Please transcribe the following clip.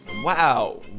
wow